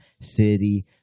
City